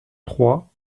trois